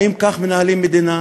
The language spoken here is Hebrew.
האם כך מנהלים מדינה?